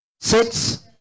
six